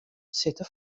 sitte